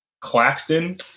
Claxton